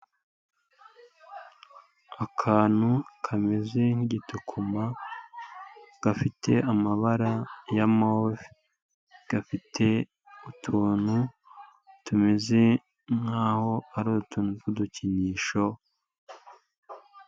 Akantu kameze nk'igitukuma gafite amabara ya move, gafite utuntu tumeze nkaho hari utuntu twudukinisho...